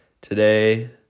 today